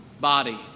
body